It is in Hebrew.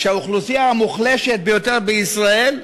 שהאוכלוסייה המוחלשת ביותר בישראל,